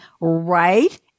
right